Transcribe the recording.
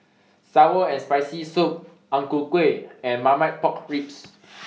Sour and Spicy Soup Ang Ku Kueh and Marmite Pork Ribs